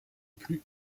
plus